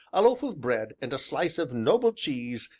a loaf of bread, and a slice of noble cheese,